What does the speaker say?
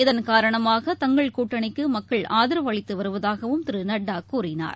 இதன் காரணமாக தங்கள் கூட்டணிக்குமக்கள் ஆதரவு அளித்துவருவதாகவும் திருநட்டாகூறினார்